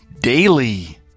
daily